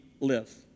live